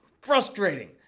frustrating